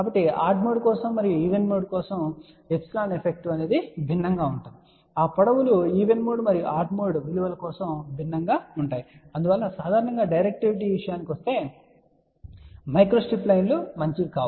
కాబట్టి odd mode కోసం మరియు ఈవెన్ మోడ్ కోసం కూడా ఎప్సిలాన్ ఎఫెక్టివ్స్ భిన్నంగా ఉంటాయి ఆ పొడవులు ఈవెన్ మోడ్ మరియు ఆడ్ మోడ్ విలువల కోసం భిన్నంగా ప్రవర్తిస్తుంది అందువల్ల సాధారణంగా డైరెక్టివిటీ విషయానికి వస్తే మైక్రోస్ట్రిప్ లైన్ లు చాలా మంచివి కావు